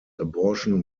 abortion